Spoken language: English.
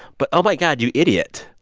but oh, my god, you idiot.